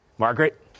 Margaret